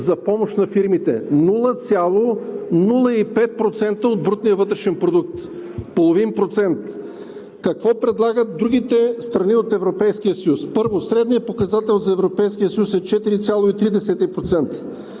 за помощ на фирмите – 0,05% от брутния вътрешен продукт. Половин процент! Какво предлагат другите страни от Европейския съюз? Първо, средният показател за Европейския съюз е 4,31%,